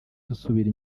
dusubira